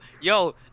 yo